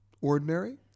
ordinary